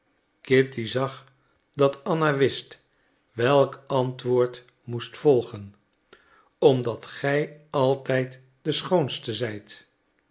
kitty zag dat anna wist welk antwoord moest volgen omdat gij altijd de schoonste zijt